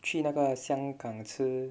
去那个香港吃